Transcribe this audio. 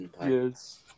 Yes